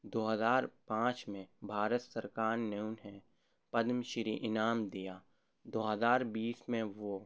دو ہزار پانچ میں بھارت سرکار نے انہیں پدم شری انعام دیا دو ہزار بیس میں وہ